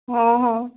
ହଁ ହଁ